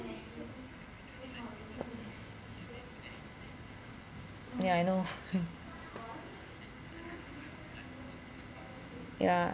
yeah I know yeah